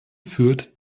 führt